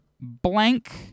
blank